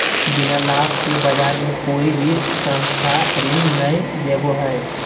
बिना लाभ के बाज़ार मे कोई भी संस्था ऋण नय देबो हय